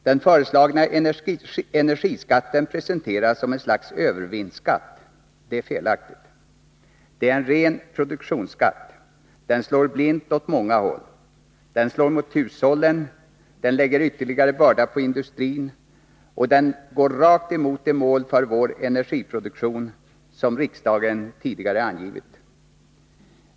Den föreslagna energiskatten presenteras som ett slags övervinstskatt. Det är felaktigt. Den är en ren produktionsskatt — den slår blint åt många håll. Den slår mot hushållen, den lägger ytterligare börda på industrin och den går rakt emot de mål för vår energiproduktion som riksdagen tidigare angivit.